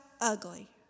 ugly